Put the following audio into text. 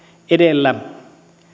edellä